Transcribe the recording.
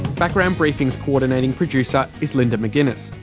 background briefing's coordinating producer is linda mcginness,